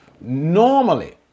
normally